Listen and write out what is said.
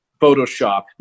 Photoshop